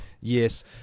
Yes